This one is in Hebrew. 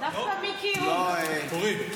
לא, תורי.